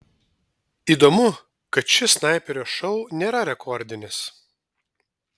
įdomu kad šis snaiperio šou nėra rekordinis